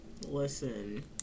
Listen